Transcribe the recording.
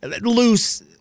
loose